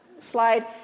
slide